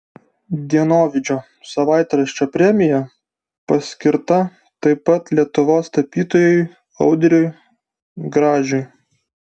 dienovidžio savaitraščio premija paskirta taip pat lietuvos tapytojui audriui gražiui